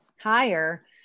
higher